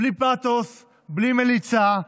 בלי פאתוס, בלי מליצה.